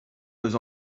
nos